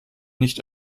nicht